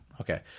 Okay